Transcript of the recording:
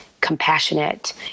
compassionate